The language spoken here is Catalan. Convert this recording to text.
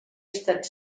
estat